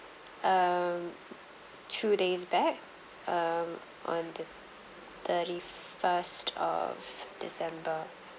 um two days back um on the thirty first of december